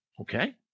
okay